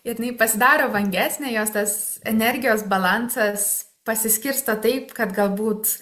ir jinai pasidaro vangesnė jos tas energijos balansas pasiskirsto taip kad galbūt